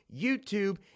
YouTube